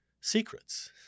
secrets